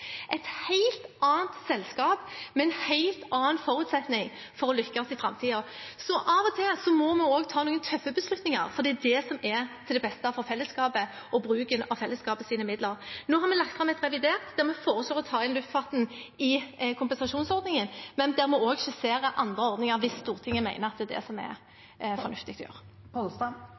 et helt annet selskap med en helt annen forutsetning for å lykkes i framtiden. Så av og til må vi også ta noen tøffe beslutninger, fordi det er det som er til det beste for fellesskapet og bruken av fellesskapets midler. Nå har vi lagt fram et revidert nasjonalbudsjett der vi foreslår å ta inn luftfarten i kompensasjonsordningen, men der vi også skisserer andre ordninger hvis Stortinget mener at det er det som er fornuftig å gjøre.